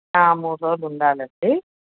మూడు రోజులు ఉండాలండి